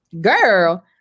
Girl